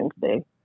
today